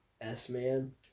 S-Man